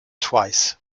twice